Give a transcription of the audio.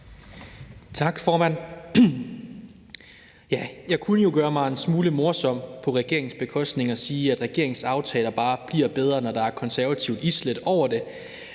Tak, formand. Jeg kunne jo gøre mig en smule morsom på regeringens bekostning og sige, at regeringens aftaler bare bliver bedre, når der er konservativt islæt over dem,